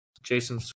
Jason